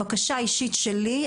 בקשה אישית שלי,